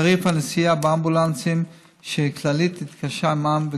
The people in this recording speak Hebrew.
תעריף הנסיעה באמבולנסים שכללית התקשרה עימם,